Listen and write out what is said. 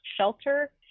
shelter